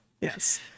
Yes